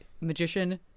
magician